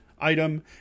item